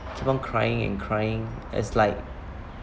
keep on crying and crying it's like